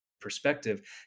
perspective